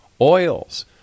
oils